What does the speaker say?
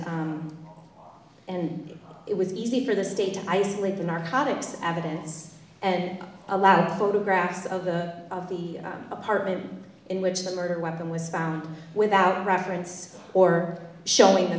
and and it was easy for the state to isolate the narcotics evidence and allow photographs of the of the apartment in which the murder weapon was found without reference or showing